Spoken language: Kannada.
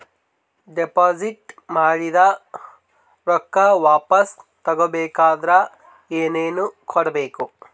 ಡೆಪಾಜಿಟ್ ಮಾಡಿದ ರೊಕ್ಕ ವಾಪಸ್ ತಗೊಬೇಕಾದ್ರ ಏನೇನು ಕೊಡಬೇಕು?